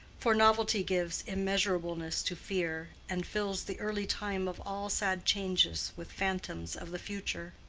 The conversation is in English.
for novelty gives immeasurableness to fear, and fills the early time of all sad changes with phantoms of the future.